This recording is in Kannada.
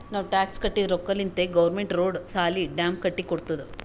ನಾವ್ ಟ್ಯಾಕ್ಸ್ ಕಟ್ಟಿದ್ ರೊಕ್ಕಾಲಿಂತೆ ಗೌರ್ಮೆಂಟ್ ರೋಡ್, ಸಾಲಿ, ಡ್ಯಾಮ್ ಕಟ್ಟಿ ಕೊಡ್ತುದ್